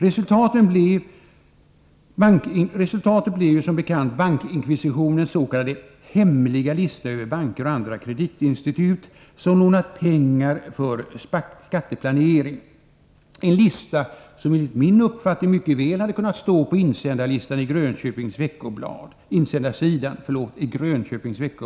Resultatet blev som bekant bankinkvisitionens s.k. hemliga lista över banker och andra kreditinstitut som lånat ut pengar för skatteplanering, en lista som mycket väl hade kunnat stå på insändarsidan i Grönköpings Veckoblad.